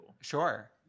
Sure